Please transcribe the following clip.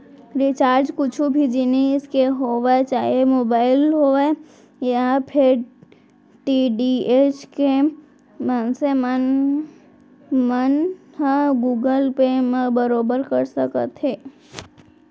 recharge कुछु भी जिनिस के होवय चाहे मोबाइल होवय या फेर डी.टी.एच के मनसे मन ह गुगल पे म बरोबर कर सकत हे